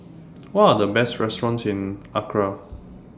What Are The Best restaurants in Accra